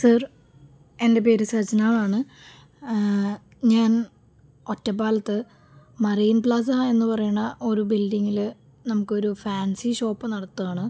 sir എൻ്റെ പേര് സജന എന്നാണ് ഞാൻ ഒറ്റപ്പാലത്ത് മറേൻ പ്ലാസ എന്ന് പറയുന്ന ഒരു ബിൽഡിങ്ങിൽ നമുക്കൊരു ഫാൻസി ഷോപ്പ് നടത്തുകയാണ്